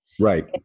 Right